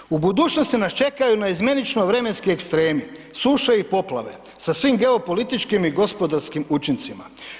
Ovako, u budućnosti nas čekaju naizmjenično vremenski ekstremi suše i poplave sa svim geopolitičkim i gospodarskim učincima.